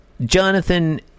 Jonathan